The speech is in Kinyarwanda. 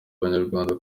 abanyarwanda